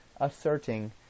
asserting